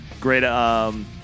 Great